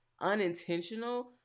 unintentional